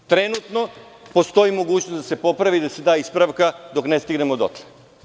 Trenutno postoji mogućnost da se popravi, da se da ispravka dok ne stignemo dotle.